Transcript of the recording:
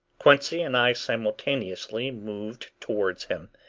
quincey and i simultaneously moved towards him,